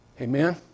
Amen